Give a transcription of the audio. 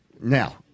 Now